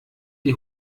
die